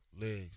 legs